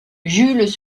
jules